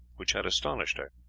which had astonished her.